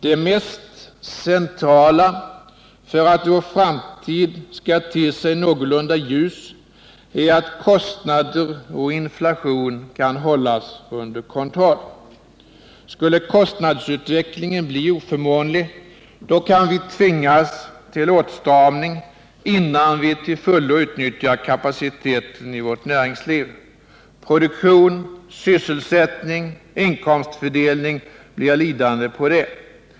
Det mest centrala för att vår framtid skall te sig någorlunda ljus är att kostnader och inflation kan hållas under kontroll. Skulle kostnadsutvecklingen bli oförmånlig, kan vi tvingas till åtstramningar innan vi till fullo har utnyttjat kapaciteten i vårt näringsliv. Produktion, sysselsättning och inkomstfördelning blir lidande på det.